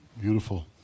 Beautiful